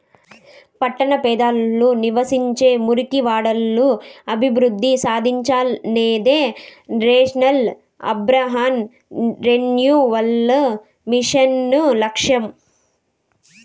పట్టణ పేదలు నివసించే మురికివాడలు అభివృద్ధి సాధించాలనేదే నేషనల్ అర్బన్ రెన్యువల్ మిషన్ లక్ష్యం